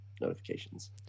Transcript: notifications